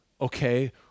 okay